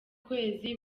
kwezi